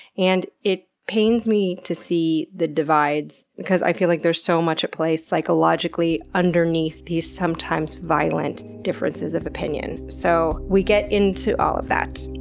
and it pains me to see the divides because i feel like there's so much at play psychologically underneath these sometimes-violent differences of opinion. so, we get into all of that.